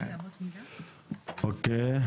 אוקיי.